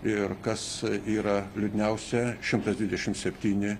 ir kas yra liūdniausia šimtas dvidešim septyni